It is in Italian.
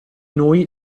noi